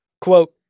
quote